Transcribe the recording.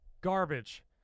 garbage